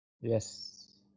Yes